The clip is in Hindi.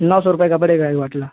नौ सौ रुपये का पड़ेगा एक बाटला